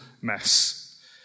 mess